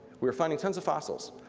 we were finding tons of fossils,